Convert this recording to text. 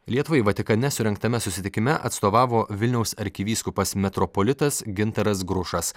lietuvai vatikane surengtame susitikime atstovavo vilniaus arkivyskupas metropolitas gintaras grušas